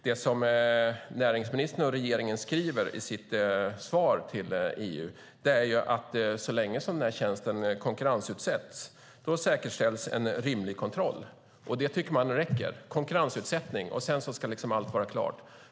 Det som näringsministern och regeringen skriver i sitt svar till EU är att så länge som denna tjänst konkurrensutsätts säkerställs en rimlig kontroll. Det tycker man räcker. Bara man har konkurrensutsättning är allting klart.